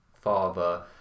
father